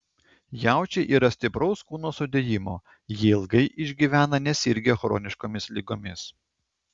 jaučiai yra stipraus kūno sudėjimo jie ilgai išgyvena nesirgę chroniškomis ligomis